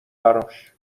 براش